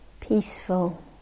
Peaceful